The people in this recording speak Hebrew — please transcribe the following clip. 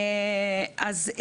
באלה